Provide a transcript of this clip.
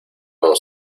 con